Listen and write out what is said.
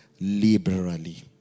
liberally